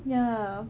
ya